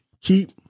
Keep